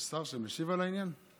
יש שר שמשיב על העניין?